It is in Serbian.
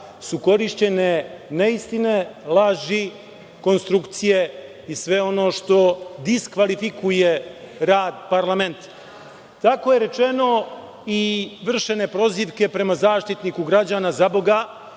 su korišćene neistine, laži, konstrukcije i sve ono što diskvalifikuje rad parlamenta. Tako je rečeno i vršene prozivke prema Zaštitniku građana, zaboga,